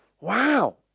wow